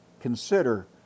consider